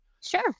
Sure